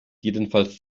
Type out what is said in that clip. jedenfalls